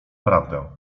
prawdę